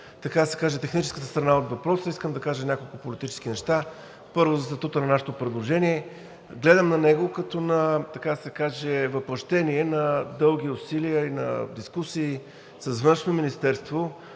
техническата страна от въпроса, искам да кажа няколко политически неща. Първо, за статута на нашето предложение. Гледам на него като на, така да се каже, въплъщение на дълги усилия и на дискусии с Външно министерство